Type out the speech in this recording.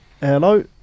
hello